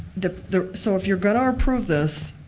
the the so if you're going ah prove this.